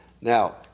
Now